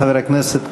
חבר הכנסת כהן.